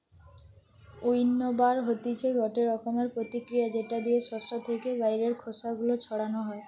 উইন্নবার হতিছে গটে রকমের প্রতিক্রিয়া যেটা দিয়ে শস্য থেকে বাইরের খোসা গুলো ছাড়ানো হয়